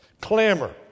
Clamor